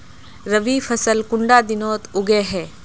रवि फसल कुंडा दिनोत उगैहे?